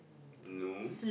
no